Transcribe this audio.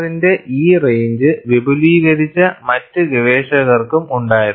R ന്റെ ഈ range വിപുലീകരിച്ച മറ്റ് ഗവേഷകരും ഉണ്ടായിരുന്നു